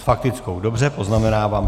S faktickou, dobře, poznamenávám si.